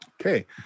Okay